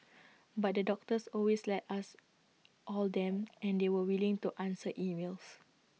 but the doctors always let us all them and they were willing to answer emails